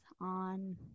on